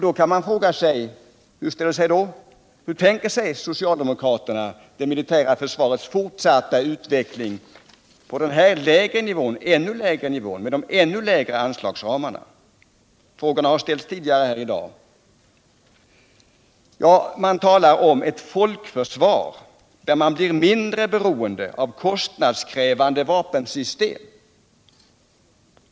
Då kan man fråga: Hur tänker sig socialdemokraterna det militära försvarets fortsatta utveckling på den ännu lägre nivån med de ännu lägre anslagsramarna? Frågan har ställts tidigare här i dag. Ja, man talar om ett folkförsvar, där man blir mindre beroende av kostnadskrävande vapensystem.